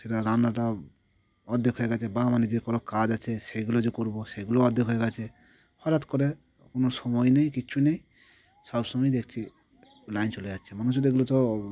সেটা রান্নাটা অর্ধেক হয়ে গিয়েছে বা মানে যে কোনো কাজ আছে সেগুলো যে করব সেগুলোও অর্ধেক হয়ে গিয়েছে হঠাৎ করে কোনো সময় নেই কিচ্ছু নেই সবসময়ই দেখছি লাইন চলে যাচ্ছে মানুষের এগুলো তো